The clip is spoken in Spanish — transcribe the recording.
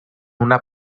una